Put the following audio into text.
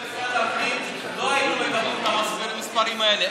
המספרים האלה.